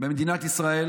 במדינת ישראל